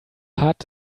hat